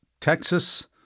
Texas